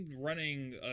running